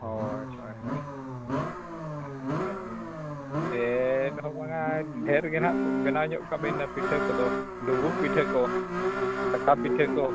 ᱦᱳᱭ ᱦᱳᱭ ᱦᱳᱭ ᱟᱫᱚᱧ ᱪᱮᱫ ᱦᱚᱸ ᱵᱟᱝᱼᱟ ᱰᱷᱮᱹᱨ ᱜᱮ ᱱᱟᱦᱟᱜ ᱵᱮᱱᱟᱣ ᱧᱚᱜ ᱠᱟᱵᱤᱱ ᱚᱱᱟ ᱯᱤᱴᱷᱟᱹ ᱰᱩᱵᱩᱜ ᱯᱤᱴᱷᱟᱹ ᱠᱚᱫᱚ ᱪᱷᱟᱠᱟ ᱯᱤᱴᱷᱟᱹ ᱠᱚ